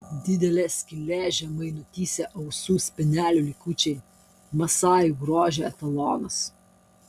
didelė skylė žemai nutįsę ausų spenelių likučiai masajų grožio etalonas